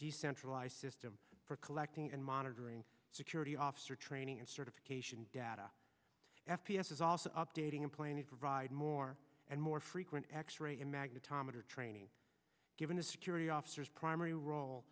decentralized system for collecting and monitoring security officer training and certification data f p s is also updating and planning provide more and more frequent x ray magnetometer training given to security officers primary role